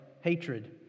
hatred